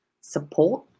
support